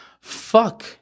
fuck